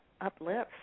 uplifts